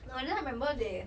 no and then I remember they